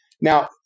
Now